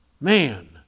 Man